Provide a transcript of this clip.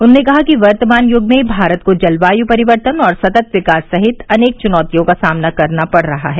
उन्होंने कहा कि वर्तमान यूग में भारत को जलवायू परिवर्तन और सतत विकास सहित अनेक चुनौतियों का सामना करना पड़ रहा है